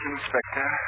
Inspector